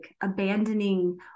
abandoning